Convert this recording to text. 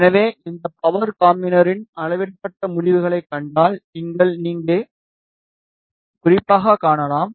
எனவே இந்த பவர் காம்பினரின் அளவிடப்பட்ட முடிவுகளைக் கண்டால் இங்கே நீங்கள் குறிப்பாகக் காணலாம்